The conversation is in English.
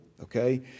okay